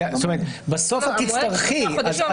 המועד שלושה חודשים.